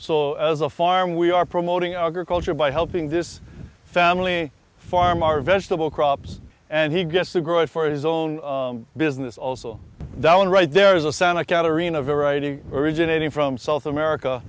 so as a farm we are promoting our culture by helping this family farm our vegetable crops and he gets to grow it for his own business also down right there is a santa catarina variety originating from south america